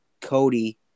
Cody